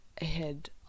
ahead